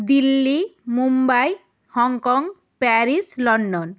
Delhi Mumbai Hong Kong Paris London